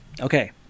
Okay